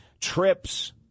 trips